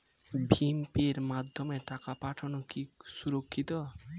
ভিম পের মাধ্যমে টাকা পাঠানো কি সুরক্ষিত?